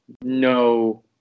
no